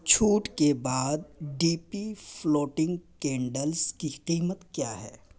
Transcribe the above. چھوٹ کے بعد ڈی پی فلوٹنگ کینڈلز کی قیمت کیا ہے